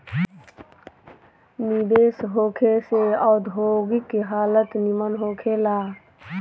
निवेश होखे से औद्योगिक हालत निमन होखे ला